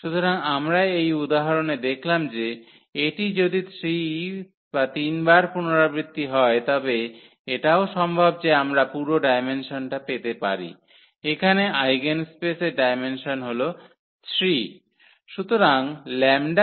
সুতরাং আমরা এই উদাহরণে দেখলাম যে এটি যদি 3 বার পুনরাবৃত্তি হয় তবে এটাও সম্ভব যে আমরা পুরো ডায়মেনসনটা পেতে পারি এখানে আইগেনস্পেসের ডায়মেনসন হল 3